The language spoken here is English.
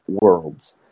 Worlds